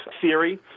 theory